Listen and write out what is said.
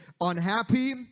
unhappy